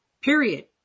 Period